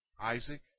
Isaac